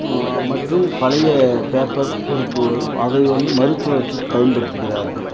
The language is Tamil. மற்றும் பழைய பேப்பர் பொறுக்குபவர் அதை வந்து மறு சுழற்சிக்கு பயன்படுத்துகிறார்கள்